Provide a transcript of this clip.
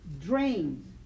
drains